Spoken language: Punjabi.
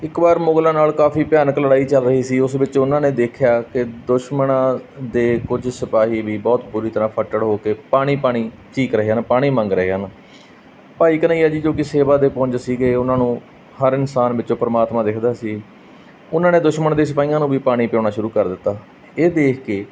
ਇੱਕ ਵਾਰ ਮੁਗਲਾਂ ਨਾਲ ਕਾਫੀ ਭਿਆਨਕ ਲੜਾਈ ਚੱਲ ਰਹੀ ਸੀ ਉਸ ਵਿੱਚ ਉਹਨਾਂ ਨੇ ਦੇਖਿਆ ਕਿ ਦੁਸ਼ਮਣਾਂ ਦੇ ਕੁਝ ਸਿਪਾਹੀ ਵੀ ਬਹੁਤ ਬੁਰੀ ਤਰ੍ਹਾਂ ਫੱਟੜ ਹੋ ਕੇ ਪਾਣੀ ਪਾਣੀ ਚੀਕ ਰਹੇ ਹਨ ਪਾਣੀ ਮੰਗ ਰਹੇ ਹਨ ਭਾਈ ਘਨੱਈਆ ਜੀ ਜੋ ਕਿ ਸੇਵਾ ਦੇ ਪੁੰਜ ਸੀਗੇ ਉਹਨਾਂ ਨੂੰ ਹਰ ਇਨਸਾਨ ਵਿੱਚੋਂ ਪਰਮਾਤਮਾ ਦਿਖਦਾ ਸੀ ਉਹਨਾਂ ਨੇ ਦੁਸ਼ਮਣ ਦੇ ਸਿਪਾਹੀਆਂ ਨੂੰ ਵੀ ਪਾਣੀ ਪਿਆਉਣਾ ਸ਼ੁਰੂ ਕਰ ਦਿੱਤਾ ਇਹ ਦੇਖ ਕੇ